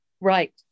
Right